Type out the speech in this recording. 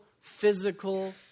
physical